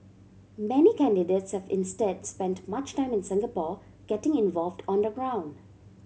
many candidates have instead spent much time in Singapore getting involved on the ground